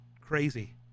crazy